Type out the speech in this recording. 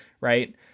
right